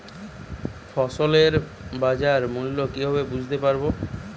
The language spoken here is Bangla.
ফসলের বাজার মূল্য কিভাবে বুঝতে পারব?